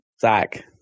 Zach